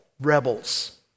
rebels